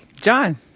John